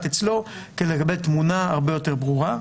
אצלו כדי לקבל תמונה הרבה יותר ברורה,